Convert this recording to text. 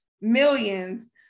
millions